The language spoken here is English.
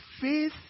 faith